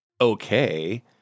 okay